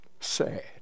sad